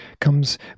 comes